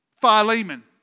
Philemon